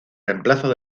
reemplazo